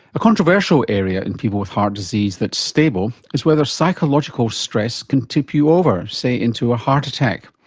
a controversial area in people with heart disease that's stable is whether psychological stress can tip you over, say into a heart attack.